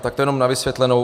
Tak to jenom na vysvětlenou.